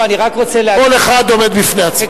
כל אחד עומד בפני עצמו.